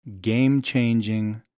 game-changing